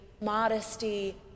modesty